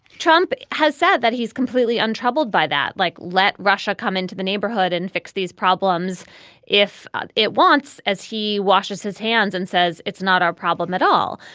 trump has said that he's completely untroubled by that. like let russia come into the neighborhood and fix these problems if it wants as he washes his hands and says it's not our problem at all.